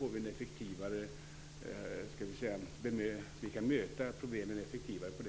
På det sättet kan vi möta problemen effektivare.